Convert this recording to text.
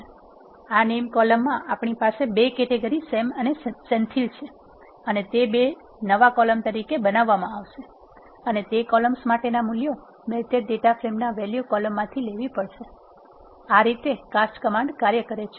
તેથી આ નેમ કોલમમાં આપણી પાસે 2 કેટેગરી સેમ અને સેન્થિલ છે અને તે 2 નવા કોલમ તરીકે બનાવવામાં આવશે અને તે કોલામ્સ માટેના મૂલ્યો મેલ્ટેડ ડેટા ફ્રેમના વેલ્યુ કોલમ માંથી લેવી પડશે આ રીતે કાસ્ટ કમાન્ડ કાર્ય કરે છે